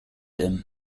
him